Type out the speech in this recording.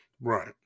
Right